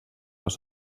les